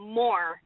more